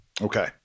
Okay